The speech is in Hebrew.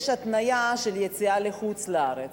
יש גם התניה של יציאה לחוץ-לארץ.